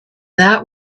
that